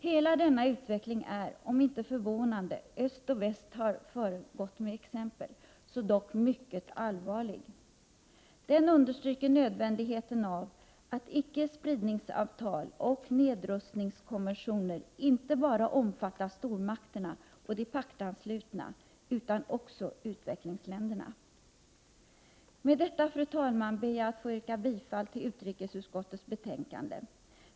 Hela denna utveckling är, om inte förvånande — öst och väst har föregått med exempel — så dock mycket allvarlig. Den understryker nödvändigheten av att icke-spridningsavtal och nedrustningskonventioner inte bara omfattar stormakterna och de paktanslutna utan också utvecklingsländerna. Med detta, fru talman, ber jag att få yrka bifall till utrikesutskottets förslag.